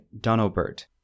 Donobert